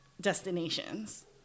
destinations